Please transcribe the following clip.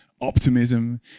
optimism